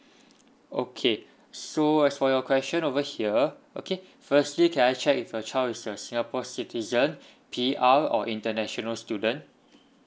okay so as for your question over here okay firstly can I check if your child is a singapore citizen P_R or international student